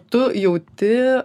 tu jauti